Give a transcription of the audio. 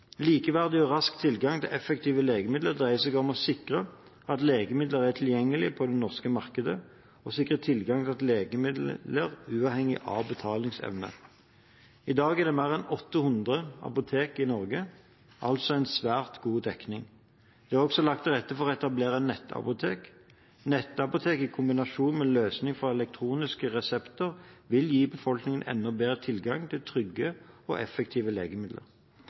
Likeverdig og rask tilgang til effektive legemidler dreier seg om å sikre at legemidler er tilgjengelig på det norske markedet, og å sikre tilgang til legemidler uavhengig av betalingsevne. I dag er det mer enn 800 apotek i Norge – altså en svært god dekning. Det er også lagt til rette for etablering av nettapotek. Nettapotek i kombinasjon med løsning for elektroniske resepter vil gi befolkningen enda bedre tilgang til trygge og effektive legemidler.